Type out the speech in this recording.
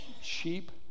sheep